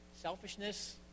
selfishness